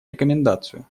рекомендацию